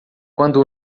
quando